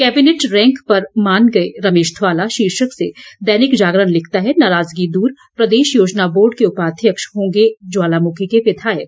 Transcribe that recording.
cabinet rank पर मान गए रमेश धवाला शीर्षक से दैनिक जागरण लिखता है नाराजगी दूर प्रदेश योजना बोर्ड के उपाध्यक्ष होंगे ज्वालामुखी के विधायक